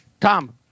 Tom